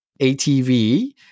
ATV